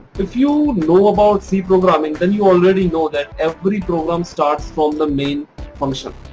if you know about c programming then you already know that every program starts from the main function.